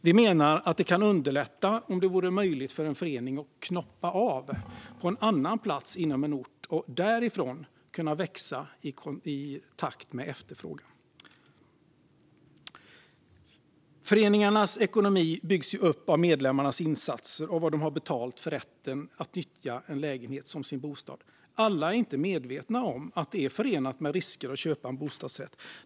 Vi menar att det kan underlätta om det vore möjligt för en förening att knoppa av på en annan plats inom en ort och därifrån kunna växa i takt med efterfrågan. Föreningarnas ekonomi byggs upp av medlemmarnas insatser och vad de har betalat för rätten att nyttja en lägenhet som sin bostad. Alla är inte medvetna om att det är förenat med risker att köpa en bostadsrätt.